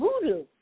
voodoo